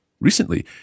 Recently